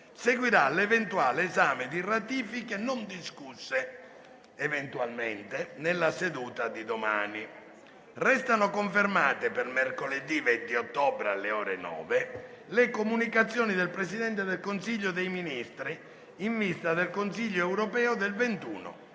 Seguirà l'eventuale esame di ratifiche non discusse nella seduta di domani. Restano confermate, per mercoledì 20 ottobre, alle ore 9, le comunicazioni del Presidente del Consiglio dei ministri in vista del Consiglio europeo del 21